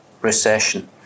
recession